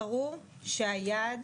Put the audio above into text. ברור שהיעד